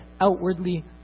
outwardly